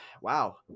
wow